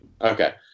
Okay